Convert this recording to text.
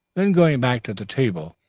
then, going back to the table,